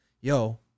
yo